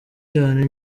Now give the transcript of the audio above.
cyane